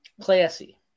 classy